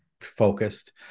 focused